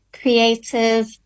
creative